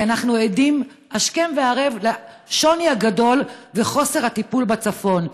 כי אנחנו עדים השכם והערב לשוני הגדול ולחוסר הטיפול בצפון.